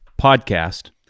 podcast